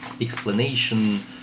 explanation